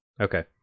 Okay